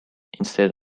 instead